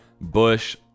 Bush